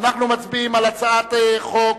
אנחנו מצביעים על הצעת חוק